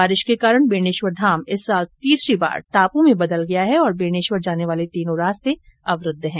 बारिश के कारण बेणेश्वर धाम इस साल तीसरी बार टापू में बदल गया है और बेणेश्वर जाने वाले तीनों रास्ते अवरूद्व है